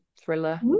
thriller